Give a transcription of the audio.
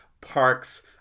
parks